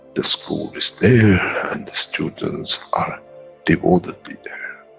the school is there and the students are devotedly there.